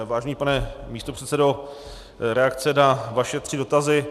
Vážený pane místopředsedo, reakce na vaše tři dotazy.